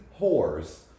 whores